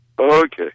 Okay